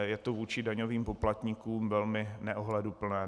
Je to vůči daňovým poplatníkům velmi neohleduplné.